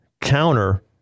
counter